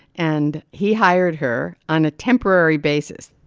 and he hired her on a temporary basis.